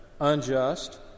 unjust